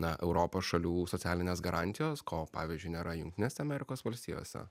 na europos šalių socialinės garantijos ko pavyzdžiui nėra jungtinėse amerikos valstijose